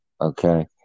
okay